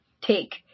take